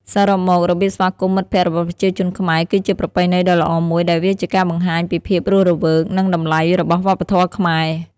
សរុបមក របៀបស្វាគមន៍មិត្តភក្តិរបស់ប្រជាជនខ្មែរគឺជាប្រពៃណីដ៏ល្អមួយ ដែលវាជាការបង្ហាញពីភាពរស់រវើកនិងតម្លៃរបស់វប្បធម៌ខ្មែរ។